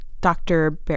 Dr